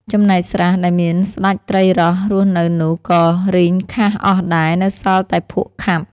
ចំណែកស្រះ ដែលមានស្តេចត្រីរ៉ស់រស់នៅនោះ ក៏រីងខះអស់ដែរ នៅសល់តែភក់ខាប់។